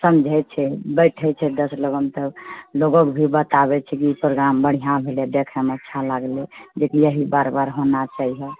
समझै छै बैठे छै दश लोगो सब लोगोकेँ भी बताबै छै कि ओ प्रोग्राम बढ़िआँ भेलै देखैमे अच्छा लगलै जेकि इएह बार बार होना चाहिए